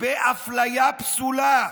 באפליה פסולה,